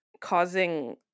causing